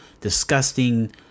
disgusting